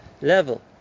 level